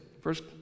First